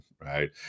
right